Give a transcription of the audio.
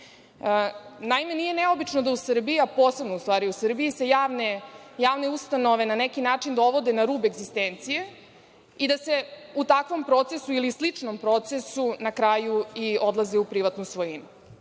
Srbiji? Naime, nije neobično da u Srbiji, a posebno u Srbiji, se javne ustanove na neki način dovode na rub egzistencije i da se u takvom procesu ili sličnom procesu na kraju odlaze u privatnu svojinu. Takođe